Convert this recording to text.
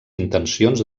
intencions